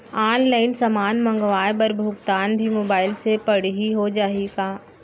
Online समान मंगवाय बर भुगतान भी मोबाइल से पड़ही हो जाही का?